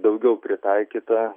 daugiau pritaikyta